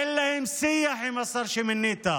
אין שיח עם השר שמינית.